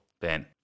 Ben